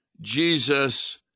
Jesus